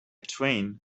train